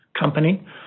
Company